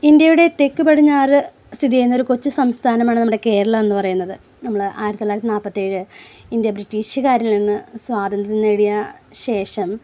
ഇന്ത്യയുടെ തെക്ക് പടിഞ്ഞാറ് സ്ഥിതിചെയ്യുന്ന ഒരു കൊച്ചു സംസ്ഥാനമാണ് നമ്മുടെ കേരളം എന്ന് പറയുന്നത് നമ്മൾ ആയിരത്തി തൊള്ളായിരത്തി നാൽപ്പത്തേഴ് ഇന്ത്യ ബ്രിട്ടീഷുകാരിൽനിന്ന് സ്വാതന്ത്ര്യം നേടിയ ശേഷം